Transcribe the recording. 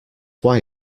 why